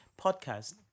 podcast